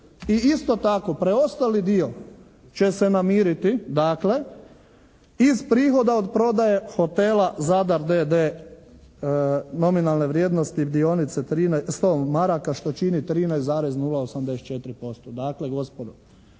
I isto tako, preostali dio će se namiriti dakle iz prihoda od prodaje hotela "Zadar" d.d. nominalne vrijednosti dionice 100 maraka što čini 13,084%. Dakle gospodo,